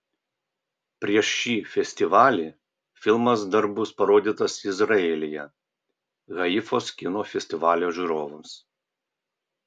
prieš šį festivalį filmas dar bus parodytas izraelyje haifos kino festivalio žiūrovams